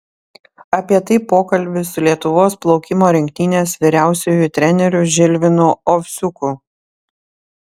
apie tai pokalbis su lietuvos plaukimo rinktinės vyriausiuoju treneriu žilvinu ovsiuku